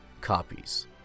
copies